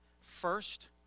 First